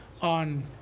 on